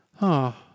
Ah